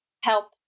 help